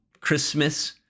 Christmas